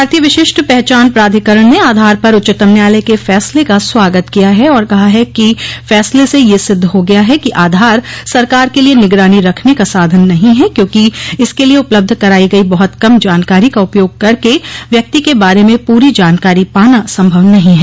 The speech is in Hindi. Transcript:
भारतीय विशिष्ट पहचान प्राधिकरण ने आधार पर उच्चतम न्यायालय के फैसले का स्वागत किया है और कहा है कि फैसले स यह सिद्ध हो गया है कि आधार सरकार के लिए निगरानी रखने का साधन नहों है क्यो कि इसके लिए उपलब्ध कराई गई बहत कम जानकारी का उपयोग करके व्यक्ति के बारे में पूरी जानकारी पाना संभव नहीं है